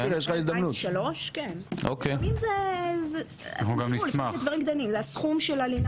לפעמים זה דברים קטנים כמו הסכום של הלינה